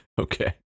Okay